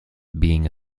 being